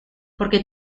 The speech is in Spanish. porque